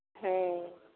ᱦᱮᱸᱻ